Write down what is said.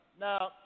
Now